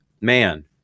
man